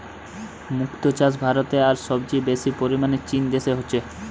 মুক্তো চাষ ভারতে আর সবচেয়ে বেশি পরিমাণে চীন দেশে হচ্ছে